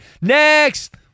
Next